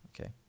Okay